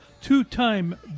Two-time